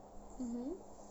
mmhmm